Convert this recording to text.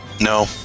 No